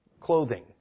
clothing